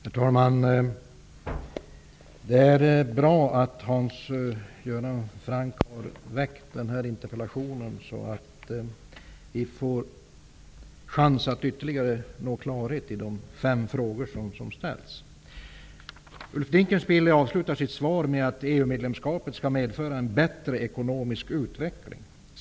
Herr talman! Det är bra att Hans Göran Franck har väckt den här interpellationen. Då får vi en chans att nå ytterligare klarhet i de fem frågor som ställts. Ulf Dinkelspiel avslutar sitt svar med att EU medlemskapet skall medföra en bättre ekonomisk utveckling.